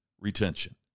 retention